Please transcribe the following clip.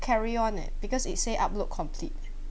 carry on eh because it say upload complete